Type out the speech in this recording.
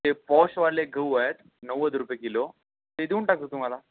ते पौशवाले गहू आहेत नव्वद रुपये किलो ते देऊन टाकतो तुम्हाला